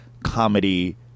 Comedy